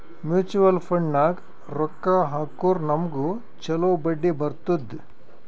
mutual ಫಂಡ್ನಾಗ್ ರೊಕ್ಕಾ ಹಾಕುರ್ ನಮ್ಗ್ ಛಲೋ ಬಡ್ಡಿ ಬರ್ತುದ್